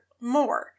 more